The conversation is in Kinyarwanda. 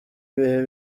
ibihe